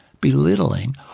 belittling